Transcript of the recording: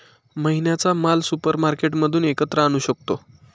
महिन्याचा माल सुपरमार्केटमधून एकत्र आणू शकतो